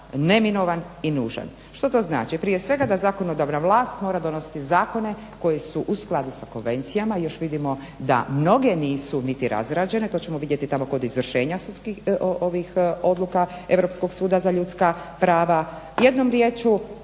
neminovan i nužan. Što to znači? Prije svega da zakonodavna vlast mora donositi zakone koji su u skladu sa konvencijama. Još vidimo da mnoge nisu niti razrađene. To ćemo vidjeti tamo kod izvršenja sudskih odluka Europskog suda za ljudska prava. Jednom riječju